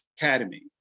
Academy